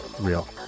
real